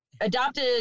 adopted